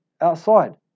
outside